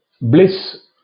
bliss